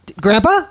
Grandpa